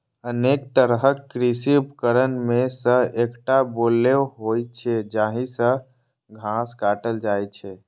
अनेक तरहक कृषि उपकरण मे सं एकटा बोलो होइ छै, जाहि सं घास काटल जाइ छै